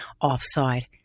offside